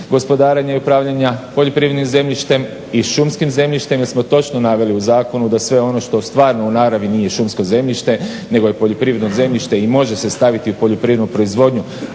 gospodarenja i upravljanja poljoprivrednim zemljištem. Jer smo točno naveli u zakonu da sve ono što u stvarno u naravi nije šumsko zemljište nego je poljoprivredno zemljište i može se staviti u poljoprivrednu proizvodnju